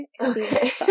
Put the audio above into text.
Okay